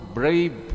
brave